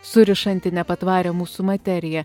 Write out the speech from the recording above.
surišanti nepatvarią mūsų materiją